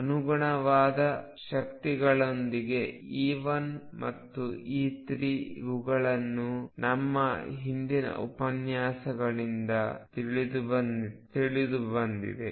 ಅನುಗುಣವಾದ ಶಕ್ತಿಗಳೊಂದಿಗೆE1 ಮತ್ತು E3 ಇವುಗಳನ್ನು ನಮ್ಮ ಹಿಂದಿನ ಉಪನ್ಯಾಸಗಳಿಂದ ತಿಳಿದುಬಂದಿದೆ